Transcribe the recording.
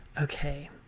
Okay